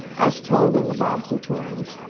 as told in the bobbsey twins,